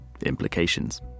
implications